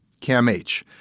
CAMH